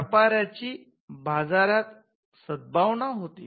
व्यापाऱ्याची बाजारात सद्भावना होती